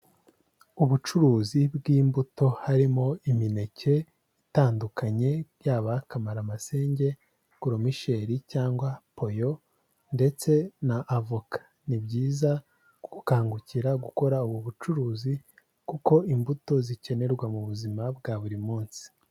Ubucuruzi bw'imbuto harimo imineke itandukanye yaba kamaramasenge, goromisheri cyangwa poyo ndetse na avoka Ni byiza gukangukira gukora ubu bucuruzi kuko imbuto zikenerwa mubuzima bwa buri munsi.